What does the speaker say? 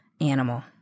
Animal